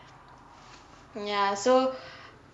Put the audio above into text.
ya so